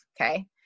okay